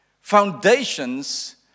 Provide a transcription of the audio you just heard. foundations